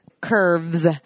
curves